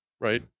right